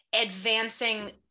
advancing